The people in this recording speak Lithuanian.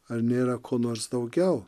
ar nėra ko nors daugiau